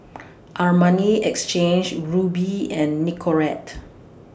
Armani Exchange Rubi and Nicorette